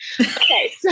Okay